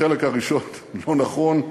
החלק הראשון לא נכון,